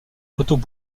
coteaux